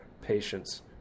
patience